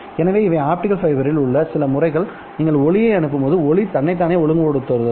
எனவே இவை ஆப்டிகல் ஃபைபரில் உள்ள சில முறைகள் நீங்கள் ஒளியை அனுப்பும்போது ஒளி தன்னைத்தானே ஒழுங்குபடுத்துகிறது